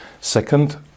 Second